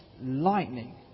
lightning